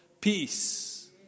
peace